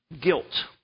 guilt